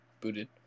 booted